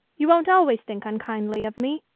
you won't always think unkindly of me,